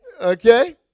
Okay